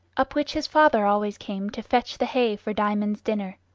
up which his father always came to fetch the hay for diamond's dinner.